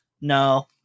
no